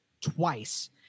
twice